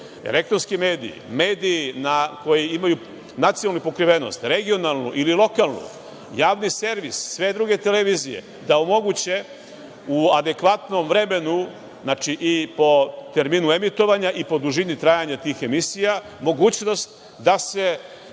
elektronski mediji, mediji koji imaju nacionalnu pokrivenost, regionalnu ili lokalnu, javni servis, sve druge televizije, da omoguće u adekvatnom vremenu, znači, i po terminu emitovanja i po dužini trajanja tih emisija, mogućnost da se